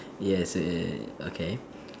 yes ye~ okay